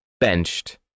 benched